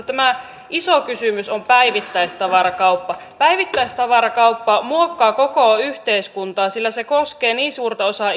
tämä iso kysymys on päivittäistavarakauppa päivittäistavarakauppa muokkaa koko yhteiskuntaa sillä se koskee niin suurta osaa